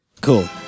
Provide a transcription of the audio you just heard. Cool